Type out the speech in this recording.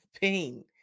pain